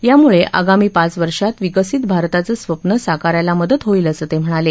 यामुळे आगामी पाच वर्षात विकसित भारताचे स्वप्न साकारायला मदत होईल असं ते म्हणाले